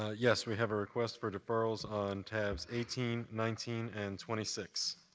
ah yes. we have a request for deferrals on tabs eighteen, nineteen, and twenty six.